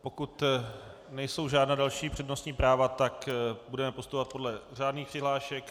Pokud nejsou žádná další přednostní práva, tak budeme postupovat podle řádných přihlášek.